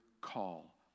call